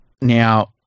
now